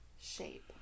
shape